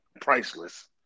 priceless